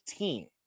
15